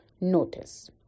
notice